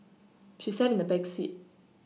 she sat in the back seat